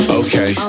okay